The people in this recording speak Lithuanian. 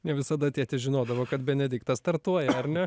ne visada tėtis žinodavo kad benediktas startuoja ar ne